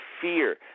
fear